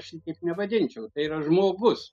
šitaip nevadinčiau tai yra žmogus